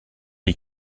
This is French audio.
est